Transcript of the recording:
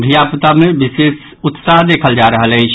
धीया पूता मे विशेष उत्साह देखल जा रहल अछि